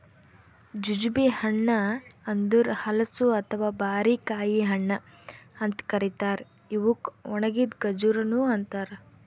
jujube ಹಣ್ಣ ಅಂದುರ್ ಹಲಸು ಅಥವಾ ಬಾರಿಕಾಯಿ ಹಣ್ಣ ಅಂತ್ ಕರಿತಾರ್ ಇವುಕ್ ಒಣಗಿದ್ ಖಜುರಿನು ಅಂತಾರ